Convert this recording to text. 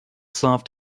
soft